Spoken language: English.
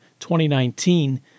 2019